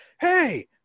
hey